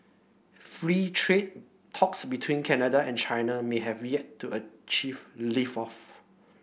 free trade talks between Canada and China may have yet to achieve lift off